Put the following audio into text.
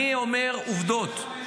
אני אומר עובדות.